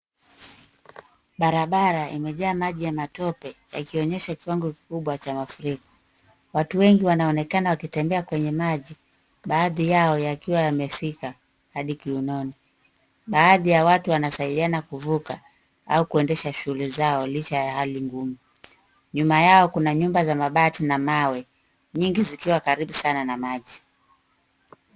Barabara imejaa maji ya matope, yakionyesha kiwango kikubwa cha mafuriko. Watu wengi wanaonekana wakitembea kwenye maji, baadhi yao yakiwa yamefika hadi kiunoni. Baadhi ya watu wanasaidiana kuvuka au kuendesha shughuli zao licha ya hali ngumu. Nyuma yao kuna nyumba za mabati na mawe nyingi zikiwa karibu sana na maji.